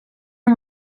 and